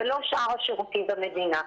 ולא שאר השירותים במדינה.